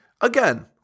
again